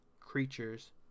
creatures